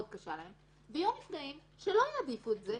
יהיו נפגעים שלא יעדיפו את זה,